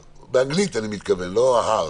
ה-R.